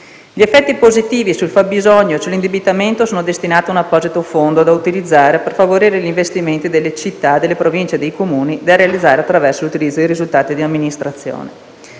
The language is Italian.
Gli effetti positivi sul fabbisogno e sull'indebitamento netto sono destinati a un apposito fondo da utilizzare per favorire gli investimenti delle Città metropolitane, delle Province e dei Comuni, da realizzare attraverso l'utilizzo dei risultati di amministrazione